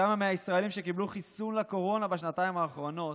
כמה מהישראלים שקיבלו חיסון לקורונה בשנתיים האחרונות